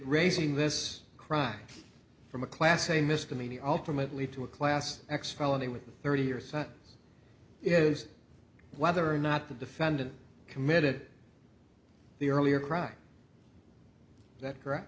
raising this crime from a class a misdemeanor ultimately to a class x felony with thirty years is whether or not the defendant committed the earlier crime that correct